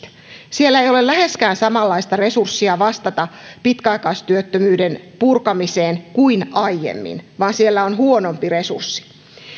siellä ei ole läheskään samanlaista resurssia vastata pitkäaikaistyöttömyyden purkamiseen kuin aiemmin vaan siellä on huonompi resurssi